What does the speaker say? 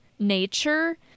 Nature